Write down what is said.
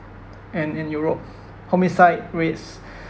in in europe homicide rates